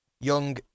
Young